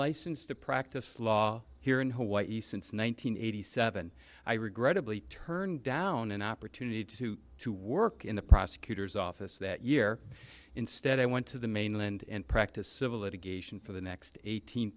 licensed to practice law here in hawaii since one thousand nine hundred eighty seven i regrettably turned down an opportunity to to work in the prosecutor's office that year instead i went to the mainland and practice civil litigation for the next eighteen